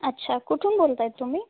अच्छा कुठून बोलत आहे तुम्ही